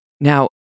Now